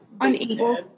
unable